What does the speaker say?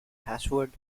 password